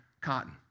Cotton